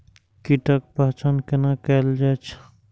कीटक पहचान कैना कायल जैछ?